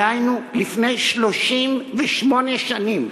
דהיינו, לפני 38 שנים